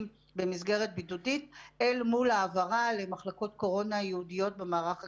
במסגרת בידודית אל מול העברה למחלקות הקורונה הייעודיות במערך הגריאטרי.